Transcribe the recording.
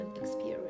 experience